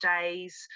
days